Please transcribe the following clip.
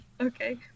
Okay